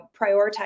prioritize